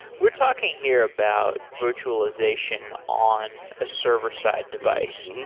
we're talking here about virtualization on a server side device.